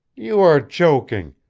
you are joking,